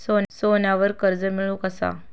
सोन्यावर कर्ज मिळवू कसा?